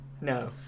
No